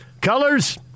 colors